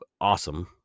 awesome